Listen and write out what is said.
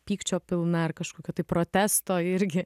pykčio pilna ar kažkokio tai protesto irgi